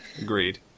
Agreed